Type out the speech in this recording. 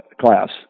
class